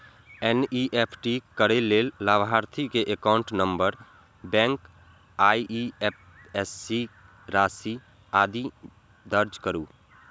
NEFT करै लेल लाभार्थी के एकाउंट नंबर, बैंक, आईएपएससी, राशि, आदि दर्ज करू